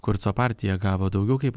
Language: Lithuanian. kurco partija gavo daugiau kaip